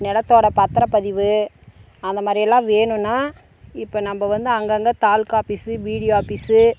நிலத்தோட பத்தரப் பதிவு அந்த மாரி எல்லாம் வேணுன்னா இப்போ நம்ப வந்து அங்கங்கே தாலுக்கா ஆபீஸு பிடிஓ ஆபீஸு